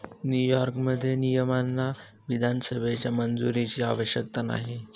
न्यूयॉर्कमध्ये, नियमांना विधानसभेच्या मंजुरीची आवश्यकता नाही